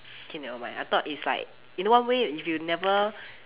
okay never mind I thought it's like you know one way if you never